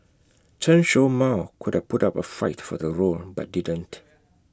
Chen show Mao could have put up A fight for the role but didn't